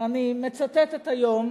ואני מצטטת היום